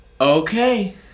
Okay